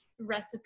recipe